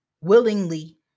willingly